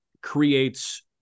creates